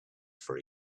for